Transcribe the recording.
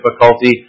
difficulty